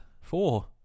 four